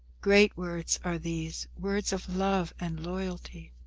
great words are these, words of love and loyalty.